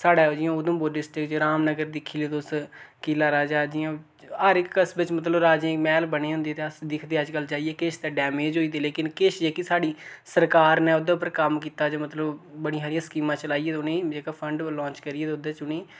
साढ़े ओह् जियां उधमपुर डिस्ट्रिक्ट च रामनगर दिक्खी लैओ तुस किला राजा जियां हर इक कस्बे च मतलब राजें दे मैह्ल बने होंदे ते अस दिखदे अज्जकल जाइयै किश ते डैमेज होई गेदे लेकिन किश जेह्की साढ़ी सरकार ने ओह्दे उप्पर कम्म कीता जे मतलब बड़ियां सरियां स्कीमां चलाइयै उ'नें जेह्का फंड लांच करियै ते ओह्दे च उ'नें